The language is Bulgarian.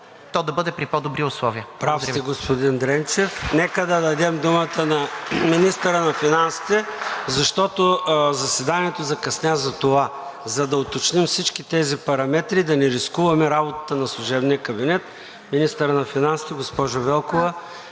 ПРЕДСЕДАТЕЛ ЙОРДАН ЦОНЕВ: Прав сте, господин Дренчев. Нека да дадем думата на министъра на финансите, защото заседанието закъсня затова, за да уточним всички тези параметри, да не рискуваме работата на служебния кабинет. Министър на финансите – госпожо Велкова,